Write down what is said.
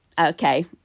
okay